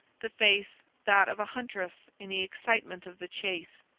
the face that of a huntress in the excitement of the chase.